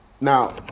Now